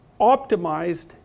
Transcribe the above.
optimized